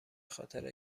خاطر